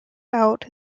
out